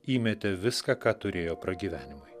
įmetė viską ką turėjo pragyvenimui